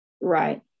Right